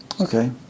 Okay